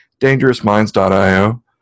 dangerousminds.io